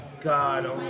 God